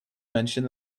mention